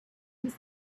his